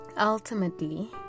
ultimately